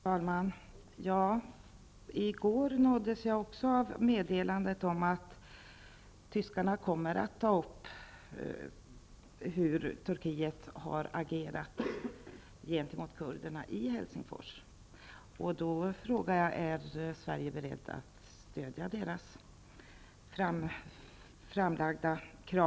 Fru talman! I går nåddes även jag av meddelandet om att tyskarna i Helsingfors kommer att ta upp hur Turkiet har agerat gentemot kurderna. Är Sverige berett att stödja deras framlagda krav?